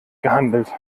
gehandelt